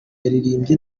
yaririmbye